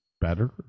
better